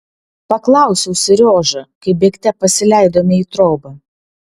paklausiau seriožą kai bėgte pasileidome į trobą